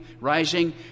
rising